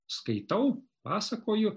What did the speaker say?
skaitau pasakoju